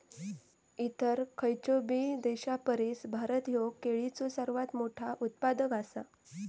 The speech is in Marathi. इतर खयचोबी देशापरिस भारत ह्यो केळीचो सर्वात मोठा उत्पादक आसा